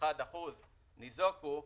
אחוז ניזוקו,